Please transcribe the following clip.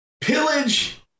pillage